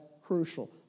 crucial